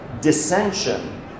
dissension